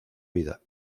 vida